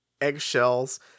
eggshells